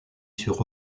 sur